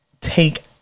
Take